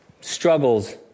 struggles